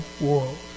world